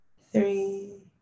three